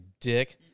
dick